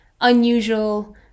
unusual